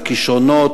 לכשרונות,